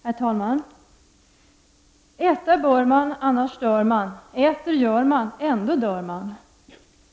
Herr talman! Äta bör man, annars dör man. Äter gör man, ändå dör man!